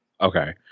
Okay